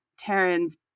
Taryn's